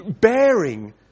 bearing